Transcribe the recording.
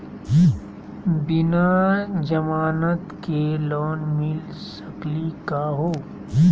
बिना जमानत के लोन मिली सकली का हो?